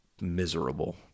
miserable